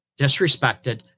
disrespected